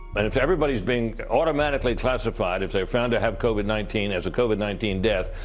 and if everybody's being automatically classified if they're found to have covid nineteen as a covid nineteen death,